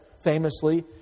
famously